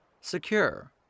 Secure